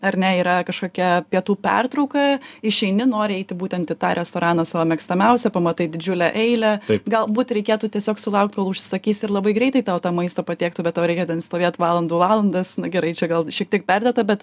ar ne yra kažkokia pietų pertrauka išeini nori eiti būtent į tą restoraną savo mėgstamiausią pamatai didžiulę eilę galbūt reikėtų tiesiog sulaukt kol užsakysi ir labai greitai tau tą maistą patiektų be tau reikia ten stovėt valandų valandas na gerai čia gal šiek tiek perdėta bet